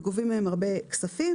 וגובים מהם הרבה כספים.